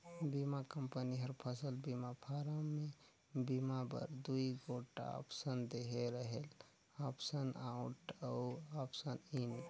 बीमा कंपनी हर फसल बीमा फारम में बीमा बर दूई गोट आप्सन देहे रहेल आप्सन आउट अउ आप्सन इन